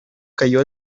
cayó